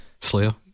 Flair